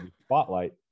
spotlight